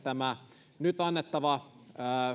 tämä nyt annettava